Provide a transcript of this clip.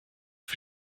für